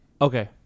Okay